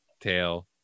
tail